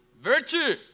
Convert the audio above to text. virtue